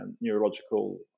neurological